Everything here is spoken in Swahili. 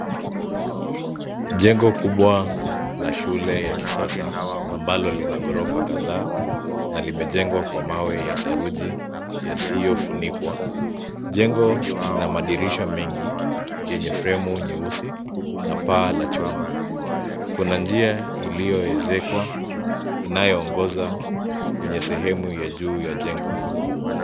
Jengo kubwa la shule ya kisasa ambalo lina ghorofa kadhaa na limejengwa kwa mawe ya saruji yasiyofunikwa. Jengo lina madirisha mengi yenye fremu nyeusi na paa la chuma. Kuna njia iliyoezekwa inayoongoza kwenye sehemu ya juu ya jengo.